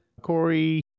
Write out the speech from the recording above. Corey